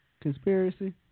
Conspiracy